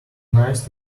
nice